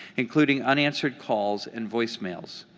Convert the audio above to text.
including unanswered calls and voicemails.